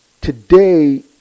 Today